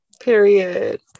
period